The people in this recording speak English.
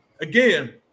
again